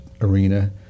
arena